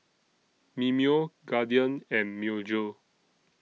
Mimeo Guardian and Myojo